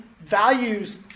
values